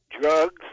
drugs